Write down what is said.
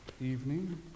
evening